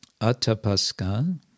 Atapaska